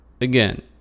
again